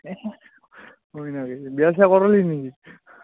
হয় নাকি বিয়া চিয়া কৰালি নেকি